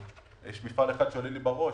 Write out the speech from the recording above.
יש מפעל אחד שעולה לי בראש,